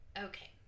okay